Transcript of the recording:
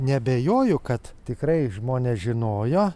neabejoju kad tikrai žmonės žinojo